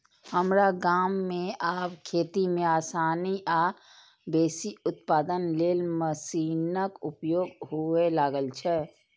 हमरा गाम मे आब खेती मे आसानी आ बेसी उत्पादन लेल मशीनक उपयोग हुअय लागल छै